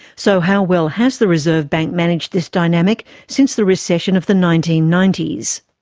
so how well has the reserve bank managed this dynamic since the recession of the nineteen ninety s?